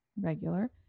regular